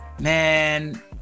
man